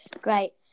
great